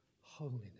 holiness